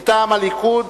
מטעם הליכוד,